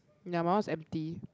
ya my one is empty